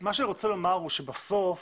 אני רוצה לומר שבסוף